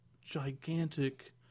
gigantic